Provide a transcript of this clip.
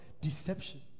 Deception